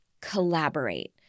collaborate